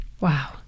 wow